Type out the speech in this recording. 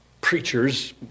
preachers